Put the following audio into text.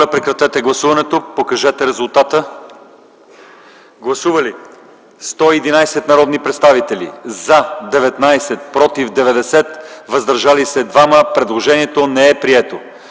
Предложението не е прието.